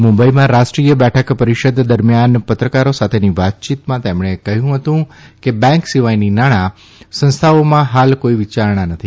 મુંબઇમાં રાષ્ટ્રીય બેઠક પરિષદ દરમિથાન પત્રકારો સાથેની વાતચીતમાં તેમણે કહ્યું કે બેન્ક સિવાયની નાણાં સંસ્થાઓમાં હાલ કોઇ વિચારણા મથી